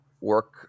work